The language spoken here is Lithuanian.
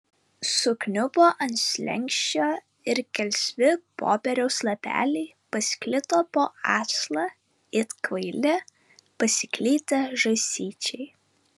sukniubo ant slenksčio ir gelsvi popieriaus lapeliai pasklido po aslą it kvaili pasiklydę žąsyčiai